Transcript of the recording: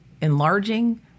enlarging